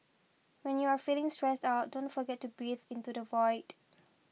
when you are feeling stressed out don't forget to breathe into the void